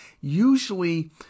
Usually